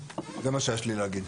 זה מה שיש לי להגיד.